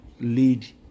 lead